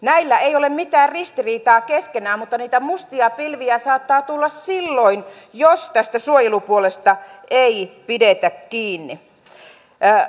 näillä ei ole mitään ristiriitaa keskenään mutta niitä mustia pilviä saattaa tulla silloin jos tästä suojelupuolesta ei pidetä kiinni